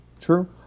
true